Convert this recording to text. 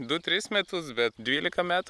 du tris metus bet dvylika metų